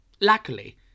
Luckily